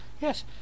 Yes